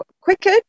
quicker